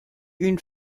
une